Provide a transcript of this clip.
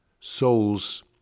souls